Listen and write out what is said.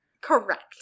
Correct